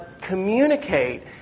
communicate